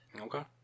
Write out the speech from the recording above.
Okay